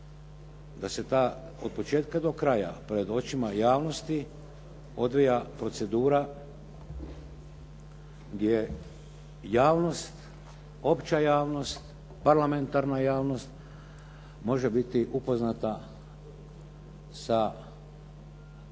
da se ta od početka do kraja pred očima javnosti odvija procedura gdje javnost, opća javnost, parlamentarna javnost može biti upoznata sa